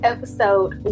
Episode